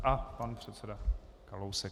A pan předseda Kalousek.